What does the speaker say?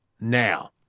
now